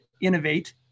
Innovate